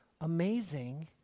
amazing